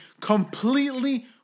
completely